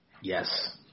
Yes